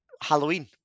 Halloween